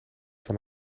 van